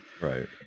Right